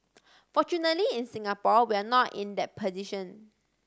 fortunately in Singapore we are not in that position